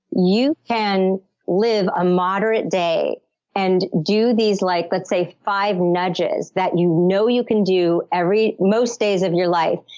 you can live a moderate day and do these, like let's say, five nudges that you know you can do most days of your life,